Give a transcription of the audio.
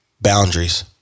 Boundaries